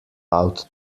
out